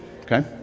okay